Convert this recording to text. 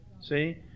See